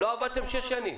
לא עבדתם שש שנים.